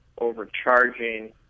overcharging